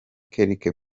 quelque